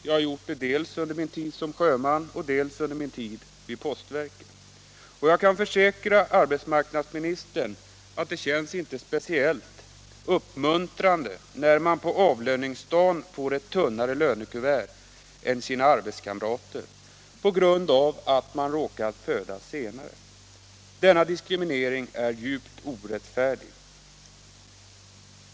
Jag har gjort det dels under min tid som sjöman, dels under min tid vid postverket. Och jag kan försäkra arbetsmarknadsministern att det inte Om lika lön för lika arbete oavsett ålder Om lika lön för lika arbete oavsett ålder känns speciellt uppmuntrande när man på avlöningsdagen får ett tunnare lönekuvert än sina arbetskamrater på grund av att man råkat födas senare än de. Denna diskriminering är djupt orättfärdig.